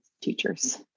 teachers